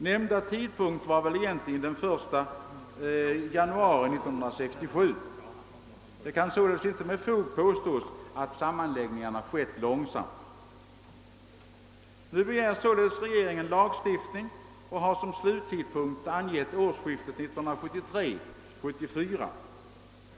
Nämnda tidpunkt var väl egentligen den 1 januari 1967. Det kan således inte med fog påstås att sammanläggningarna skett långsamt. Nu begär regeringen lagstiftning om sammanläggningarna och har som sluttidpunkt för dem angett årsskiftet 1973 -—1974.